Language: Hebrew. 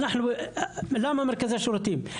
למה מרכזי שירותים?